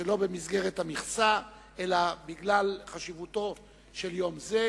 שלא במסגרת המכסה אלא בגלל חשיבותו של יום זה.